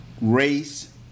race